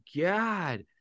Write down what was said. God